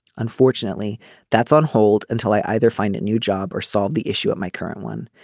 unfortunately that's on hold until i either find a new job or solve the issue at my current one.